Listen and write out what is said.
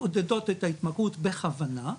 מעודדות את ההתמכרות בכוונה,